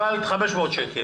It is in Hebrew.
הוטל עליך קנס של 500 שקל.